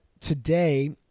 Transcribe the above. today